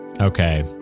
Okay